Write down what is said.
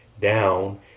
down